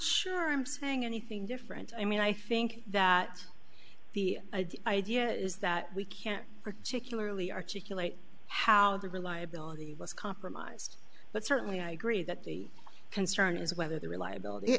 sure i'm saying anything different i mean i think that the idea is that we can't particularly articulate how the reliability was compromised but certainly i agree that the concern is whether the reliability